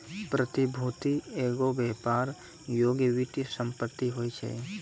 प्रतिभूति एगो व्यापार योग्य वित्तीय सम्पति होय छै